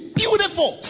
beautiful